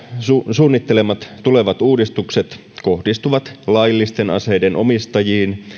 suunnittelemat tulevat uudistukset kohdistuvat laillisten aseiden omistajiin